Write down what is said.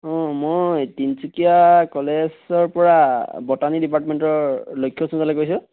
অঁ মই তিনিচুকীয়া কলেজৰ পৰা বটানী ডিপাৰ্টমেণ্টৰ লক্ষ্য চৌজালে কৈছোঁ